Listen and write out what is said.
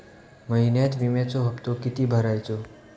महिन्यात विम्याचो हप्तो किती भरायचो?